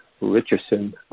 Richardson